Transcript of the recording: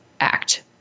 act